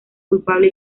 culpable